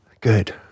Good